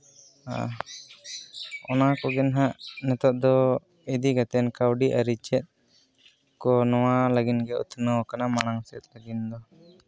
ᱟᱨ ᱚᱱᱟ ᱠᱚᱜᱮ ᱱᱟᱦᱟᱜ ᱱᱮᱛᱟᱨ ᱫᱚ ᱤᱫᱤ ᱠᱟᱛᱮᱫ ᱠᱟᱹᱣᱰᱤ ᱟᱹᱨᱤ ᱪᱮᱫ ᱠᱚ ᱱᱚᱣᱟ ᱞᱹᱟᱜᱤᱫ ᱜᱮ ᱩᱛᱱᱟᱹᱣ ᱠᱟᱱᱟ ᱢᱟᱲᱟᱝ ᱥᱮᱫ ᱛᱟᱹᱠᱤᱱ ᱫᱚ